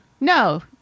no